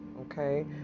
okay